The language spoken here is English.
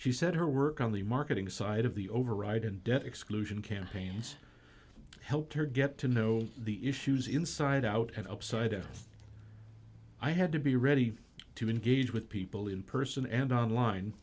she said her work on the marketing side of the override and death exclusion campaigns helped her get to know the issues inside out and upside down i had to be ready to engage with people in person and online